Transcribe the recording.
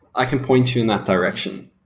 i can point you in that direction.